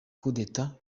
kudeta